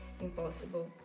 impossible